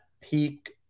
peak